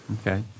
Okay